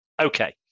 Okay